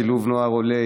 שילוב נוער עולה,